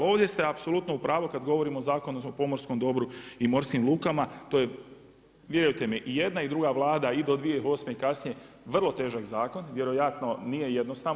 Ovdje ste apsolutno u pravu kada govorimo o Zakonu o pomorskom dobru i morskim lukama, to je vjerujte mi i jedna i druga vlada i do 2008. i kasnije vrlo težak zakon, vjerojatno nije jednostavno.